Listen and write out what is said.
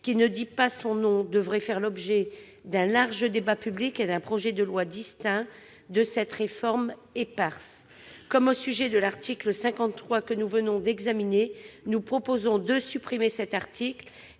qui ne dit pas son nom devrait faire l'objet d'un large débat public et d'un projet de loi distinct de cette réforme éparse. Nous proposons donc, comme au sujet de l'article 53 que nous venons d'examiner, de supprimer cet article